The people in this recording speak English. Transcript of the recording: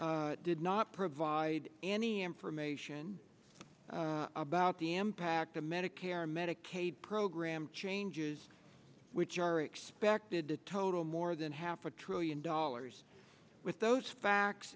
r did not provide any information about the impact the medicare medicaid program changes which are expected to total more than half a trillion dollars with those facts